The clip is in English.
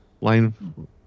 Line